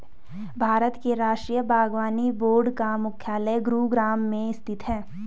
भारत के राष्ट्रीय बागवानी बोर्ड का मुख्यालय गुरुग्राम में स्थित है